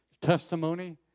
testimony